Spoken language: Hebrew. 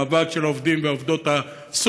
המאבק של העובדים והעובדות הסוציאליות.